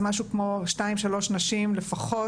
אז משהו שתיים-שלוש נשים לפחות,